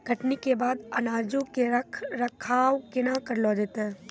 कटनी के बाद अनाजो के रख रखाव केना करलो जैतै?